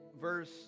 verse